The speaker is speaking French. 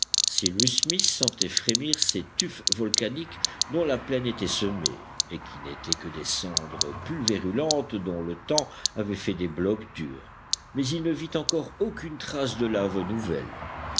cyrus smith sentait frémir ces tufs volcaniques dont la plaine était semée et qui n'étaient que des cendres pulvérulentes dont le temps avait fait des blocs durs mais il ne vit encore aucune trace de laves nouvelles